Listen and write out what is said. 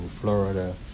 Florida